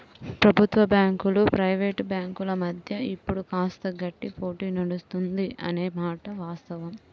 ప్రభుత్వ బ్యాంకులు ప్రైవేట్ బ్యాంకుల మధ్య ఇప్పుడు కాస్త గట్టి పోటీ నడుస్తుంది అనే మాట వాస్తవం